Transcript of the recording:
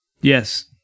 Yes